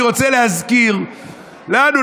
אני רוצה להזכיר לנו,